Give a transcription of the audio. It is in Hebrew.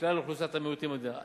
מכלל אוכלוסיית המיעוטים במדינה.